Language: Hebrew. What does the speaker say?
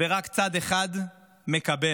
ורק צד אחד מקבל.